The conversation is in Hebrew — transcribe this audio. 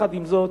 עם זאת,